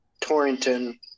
Torrington